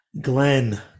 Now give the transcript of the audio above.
Glenn